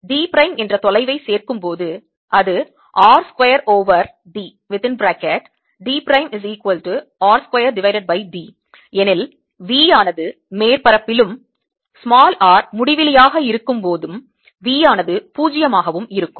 D prime என்ற தொலைவை சேர்க்கும்போது அது R square over d d R2 d எனில் Vயானது மேற்பரப்பிலும் r முடிவிலியாக இருக்கும் போதும் V யானது பூஜ்ஜியமாக இருக்கும்